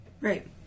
Right